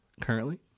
currently